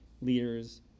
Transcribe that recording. leaders